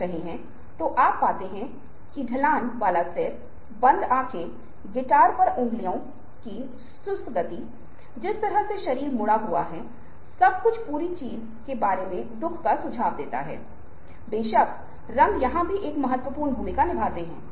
दूसरी ओर पाथोस है जहां भावनाओं और कल्पना की अपील होती है और विज्ञापन में यह बहुत महत्वपूर्ण भूमिका निभाता है